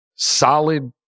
Solid